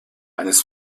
eines